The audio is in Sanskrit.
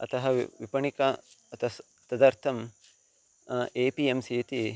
अतः वा विपणिकाः तस्य तदर्थम् एव ए पि एम् सि इति